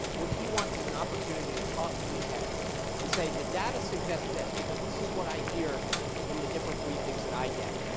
what he wants is an opportunity to talk to these heads and say, the data suggests this, because this is what i hear in the different briefings that i get.